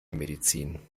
medizin